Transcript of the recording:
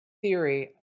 theory